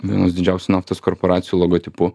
vienos didžiausių naftos korporacijų logotipu